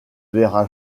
verra